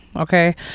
Okay